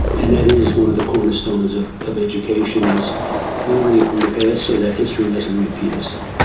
and that is one of the cornerstones of of education, is learning from the past so that history doesn't repeat itself.